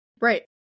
Right